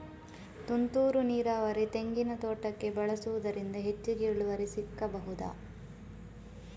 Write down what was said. ತುಂತುರು ನೀರಾವರಿ ತೆಂಗಿನ ತೋಟಕ್ಕೆ ಬಳಸುವುದರಿಂದ ಹೆಚ್ಚಿಗೆ ಇಳುವರಿ ಸಿಕ್ಕಬಹುದ?